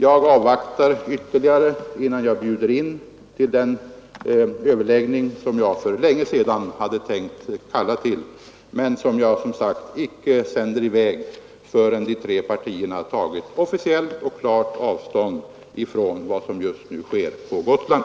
Jag avvaktar ytterligare innan jag bjuder in till den överläggning som jag för länge sedan tänkt kalla till men som jag, som sagt, inte kallar till förrän de tre partierna tagit officiellt och klart avstånd från vad som just nu sker på Gotland.